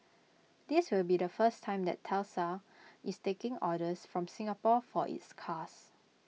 this will be the first time that Tesla is taking orders from Singapore for its cars